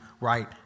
right